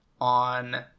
on